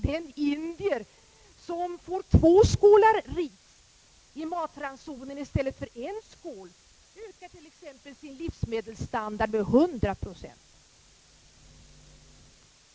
Den indier t, ex. som får två skålar ris i matransonen i stället för en skål ökar sin livsmedelsstandard med 100 procent.